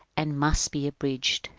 and must be abridged.